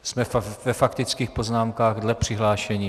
Jsme ve faktických poznámkách dle přihlášení.